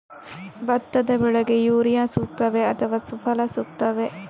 ಭತ್ತದ ಬೆಳೆಗೆ ಯೂರಿಯಾ ಸೂಕ್ತವೇ ಅಥವಾ ಸುಫಲ ಸೂಕ್ತವೇ?